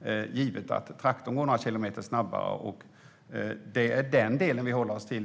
bara för att traktorerna går några kilometer snabbare. Det är den delen vi håller oss till.